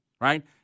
right